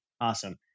Awesome